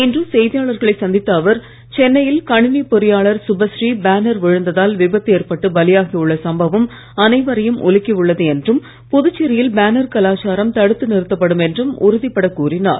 இன்று செய்தியாளர்களை சந்தித்த அவர் சென்னையில் கணினி பொறியாளர் சுபஸ்ரீ பேனர் விழுந்ததால் விபத்து ஏற்பட்டு பலியாகி உள்ள சம்பவம் அனைவரையும் உலுக்கி உள்ளது என்றும் புதுச்சேரியில் பேனர் கலாச்சாரம் தடுத்து நிறுத்தப்படும் என்றும் உறுதிப்பட கூறினார்